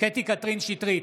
קטי קטרין שטרית,